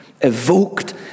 evoked